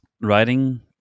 writing